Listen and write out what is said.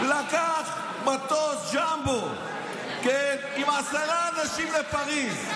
לקח מטוס ג'מבו, כן, עם עשרה אנשים לפריז.